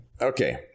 Okay